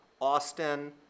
Austin